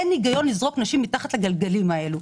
אין הגיון לזרוק נשים מתחת לגלגלים האלה.